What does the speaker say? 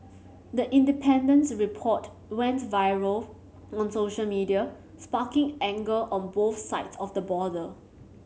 the Independent's report went viral on social media sparking anger on both sides of the border